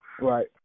Right